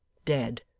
dead,